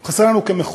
הוא חסר לנו כמחוקק,